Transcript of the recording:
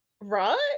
right